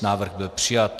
Návrh byl přijat.